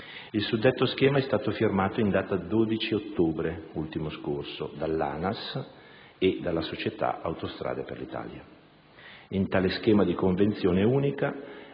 II suddetto schema è stato firmato in data 12 ottobre ultimo scorso dall'ANAS Spa e dalla società Autostrade per l'Italia Spa In tale schema di convenzione unica